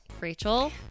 Rachel